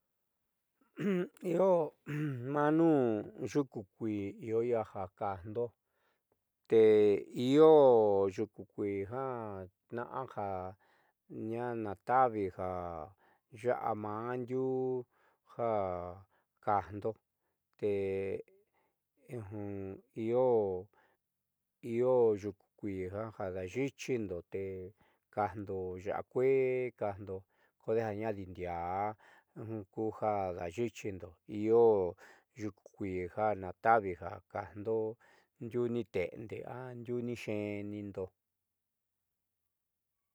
Io maá nuun yuku kuii io iiaja kajndo te io yuku kuii ja tnaá jañana taavi ja ya'a maá ndiuuja kajndo te io io yuku kuii ja dayi'ixindo te kajndo yaakueé kajndo kodejo adiindiaá dayi'ixindo io yuku kuii ja naata'avi ja kajndo ndiuu ni te'ende an ndiuu nixeeniindo.